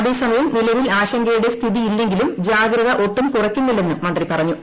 അതേസമയം നിലവിൽ ആശങ്കുയുടെ സ്ഥിതി ഇല്ലെങ്കിലും ജാഗ്രത ഒട്ടും കുറക്കുന്നില്ലെന്നും മന്ത്രി പറഞ്ഞു